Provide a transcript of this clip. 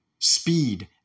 Speed